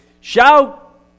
Shout